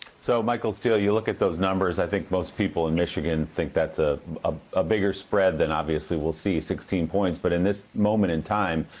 so, michael steele, you look at those numbers. i think most people in michigan think that's a ah ah bigger spread than, obviously, we'll see, sixteen points. but in this moment in time,